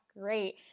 great